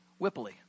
Whippley